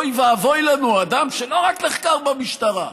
אוי ואבוי לנו, אדם שלא רק נחקר במשטרה,